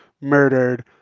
murdered